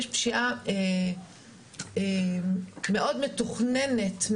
יש פשיעה מאוד מתוכננת,